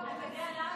אתה יודע למה,